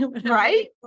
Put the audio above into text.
Right